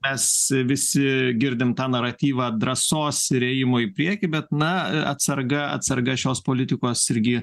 mes visi girdim tą naratyvą drąsos ir ėjimo į priekį bet na atsarga atsarga šios politikos irgi